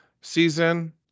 season